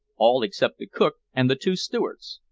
all except the cook and the two stewards.